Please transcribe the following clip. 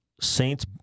saints